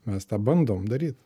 mes tą bandom daryt